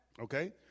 Okay